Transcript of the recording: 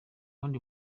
wundi